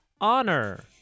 Honor